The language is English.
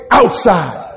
outside